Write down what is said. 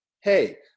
hey